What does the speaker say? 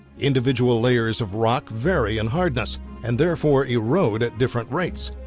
individual layers of rock vary in hardness and therefore erode at different rates.